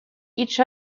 each